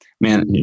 man